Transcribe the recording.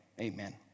Amen